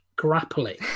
grappling